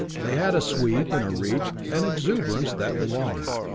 they had a sweep and reach and exuberance that belonged.